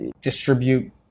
distribute